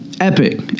epic